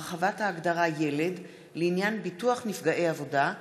(הרחבת ההגדרה "ילד" לעניין ביטוח נפגעי עבודה),